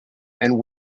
and